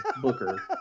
Booker